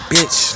Bitch